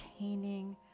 entertaining